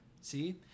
See